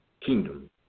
kingdom